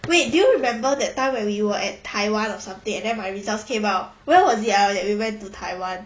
wait do you remember that time when we were at taiwan or something and then my results came out when was it ah that we went to taiwan